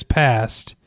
passed